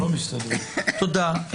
תודה.